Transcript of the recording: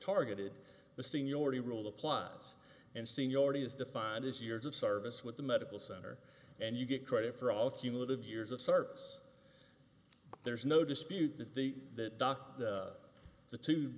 targeted the seniority rule applies and seniority is defined as years of service with the medical center and you get credit for all if you live years of service there's no dispute that the doctor the two